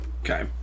Okay